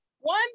one